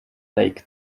lake